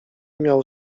miał